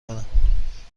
کنم